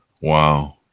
Wow